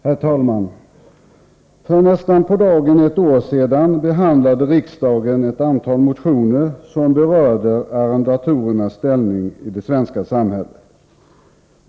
Herr talman! För nästan på dagen ett år sedan behandlade riksdagen ett antal motioner som berörde arrendatorernas ställning i det svenska samhället.